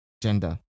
gender